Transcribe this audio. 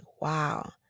wow